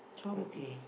okay